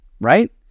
right